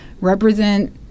represent